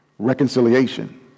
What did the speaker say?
Reconciliation